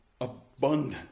abundant